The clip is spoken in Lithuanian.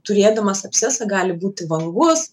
turėdamas abscesą gali būti vangus